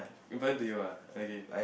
important to you ah okay